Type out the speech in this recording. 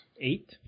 Eight